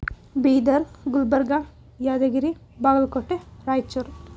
Bidar Gulbarga Yadgir Bagalkot Raichur